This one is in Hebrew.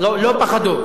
לא פחדו.